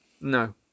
No